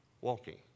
walking